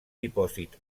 dipòsit